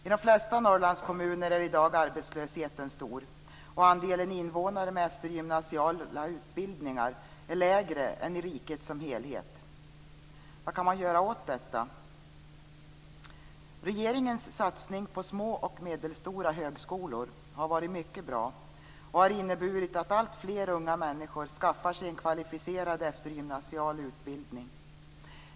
I de flesta Norrlandskommuner är i dag arbetslösheten stor och andelen invånare med eftergymnasiala utbildningar är lägre än i riket som helhet. Vad kan man göra åt detta? Regeringens satsning på små och medelstora högskolor har varit mycket bra och har inneburit att alltfler unga människor skaffar sig en kvalificerad eftergymnasial utbildning.